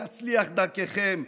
יצליח דרככם,